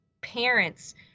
parents